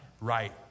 right